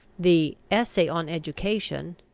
the essay on education,